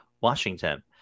washington